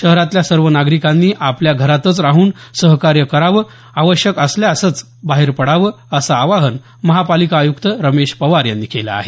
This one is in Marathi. शहरातल्या सर्व नागरिकांनी आपल्या घरातच राहून सहकार्य करावं आवश्यक असल्यासच बाहेर पडावं असं आवाहन महापालिका आयुक्त रमेश पवार यांनी केलं आहे